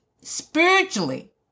spiritually